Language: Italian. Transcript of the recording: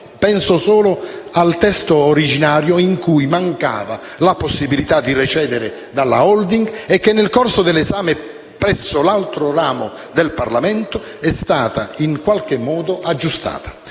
penso solo al testo originario, in cui mancava la possibilità di recedere dalla *holding* e che, nel corso dell'esame presso l'altro ramo del Parlamento, è stata in qualche modo aggiustata.